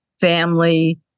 family